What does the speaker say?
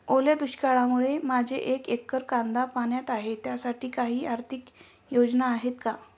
ओल्या दुष्काळामुळे माझे एक एकर कांदा पाण्यात आहे त्यासाठी काही आर्थिक योजना आहेत का?